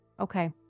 okay